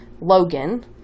Logan